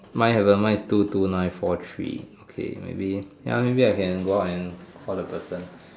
mine haven't my is two two nine four three okay maybe ya maybe I can go out and call that person